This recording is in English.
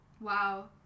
Wow